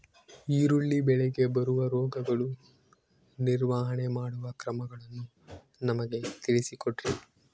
ಈರುಳ್ಳಿ ಬೆಳೆಗೆ ಬರುವ ರೋಗಗಳ ನಿರ್ವಹಣೆ ಮಾಡುವ ಕ್ರಮಗಳನ್ನು ನಮಗೆ ತಿಳಿಸಿ ಕೊಡ್ರಿ?